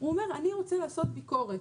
הוא אומר: אני רוצה לעשות ביקורת.